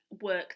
work